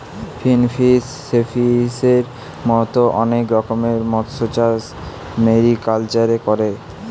finfish, শেলফিসের মত অনেক রকমের মৎস্যচাষ মেরিকালচারে করে